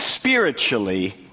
spiritually